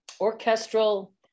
orchestral